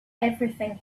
everything